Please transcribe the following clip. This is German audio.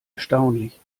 erstaunlich